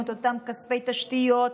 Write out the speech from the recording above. את אותם כספי תשתיות,